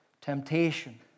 temptation